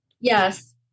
Yes